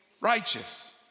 righteous